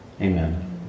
Amen